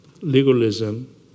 Legalism